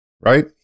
right